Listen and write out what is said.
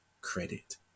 credit